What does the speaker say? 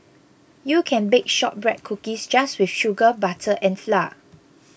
you can bake Shortbread Cookies just with sugar butter and flour